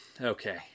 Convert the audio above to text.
Okay